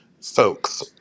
folks